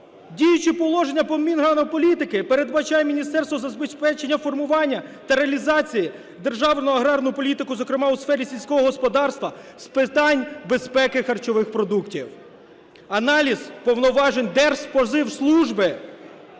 діюче положення по Мінагрополітики передбачає міністерству забезпечення формування та реалізацію державної аграрної політики, зокрема, у сфері сільського господарства з питань безпеки харчових продуктів. Аналіз повноважень Держспоживслужби